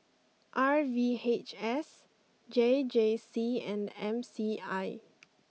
R V H S J J C and M C I